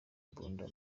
imbunda